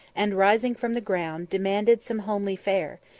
and rising from the ground, demanded some homely fare,